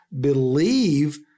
believe